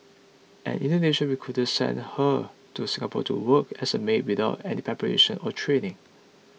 an Indonesian recruiter sent her to Singapore to work as a maid without any preparation or training